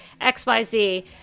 XYZ